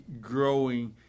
growing